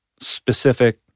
specific